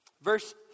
verse